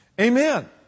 amen